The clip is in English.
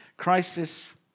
Crisis